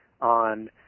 on